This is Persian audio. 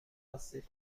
هستید